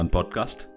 Podcast